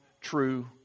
true